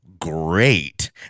great